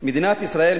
מדינת ישראל,